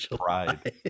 pride